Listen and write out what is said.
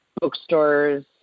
bookstores